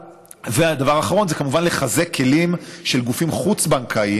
והדבר האחרון זה כמובן לחזק כלים של גופים חוץ-בנקאיים,